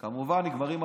כמובן, נגמרות הבחירות,